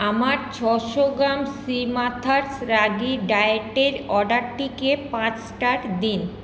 আমার ছশো গ্রাম শ্রীমাথাস রাগি ডায়েটের অর্ডারটিকে পাঁচ স্টার দিন